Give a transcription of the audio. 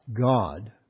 God